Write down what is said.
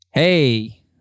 Hey